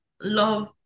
love